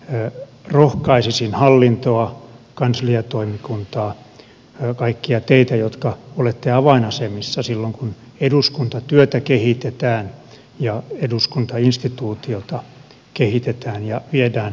tässä rohkaisisin hallintoa kansliatoimikuntaa kaikkia teitä jotka olette avainasemissa silloin kun eduskuntatyötä kehitetään ja eduskuntainstituutiota kehitetään ja viedään eteenpäin